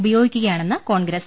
ഉപയോഗിക്കുകയാണെന്ന് Congress